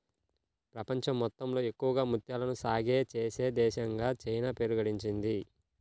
ప్రపంచం మొత్తంలో ఎక్కువగా ముత్యాలను సాగే చేసే దేశంగా చైనా పేరు గడించింది